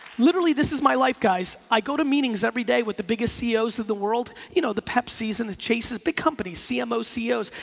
literally this is my life, guys. i go to meetings every day with the biggest ceos of the world, you know the pepsi's and the chase's, big companies, cmos, ceos,